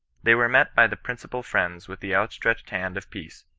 they were met by the principal friends with the outstretched hand of peace,